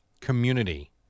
community